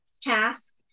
task